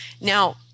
now